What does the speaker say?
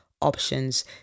options